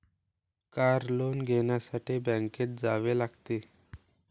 car loan घेण्यासाठी बँकेत जावे लागते